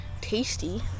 tasty